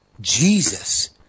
Jesus